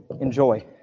enjoy